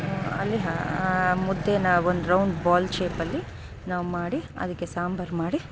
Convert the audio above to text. ಅಲ್ಲಿ ಮುದ್ದೇನ ಒಂದು ರೌಂಡ್ ಬಾಲ್ ಶೇಪಲ್ಲಿ ನಾವು ಮಾಡಿ ಅದಕ್ಕೆ ಸಾಂಬಾರು ಮಾಡಿ